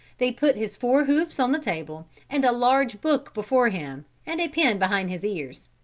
they put his forehoofs on the table and a large book before him and a pen behind his ears.